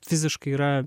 fiziškai yra